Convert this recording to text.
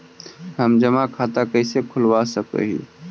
हम जमा खाता कैसे खुलवा सक ही?